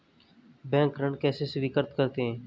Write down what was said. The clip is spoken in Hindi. बैंक ऋण कैसे स्वीकृत करते हैं?